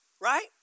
right